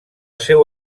seu